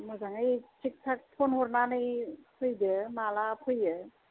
मोजाङै थिग थाग फन हरनानै फैदो माला फैयो